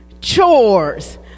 chores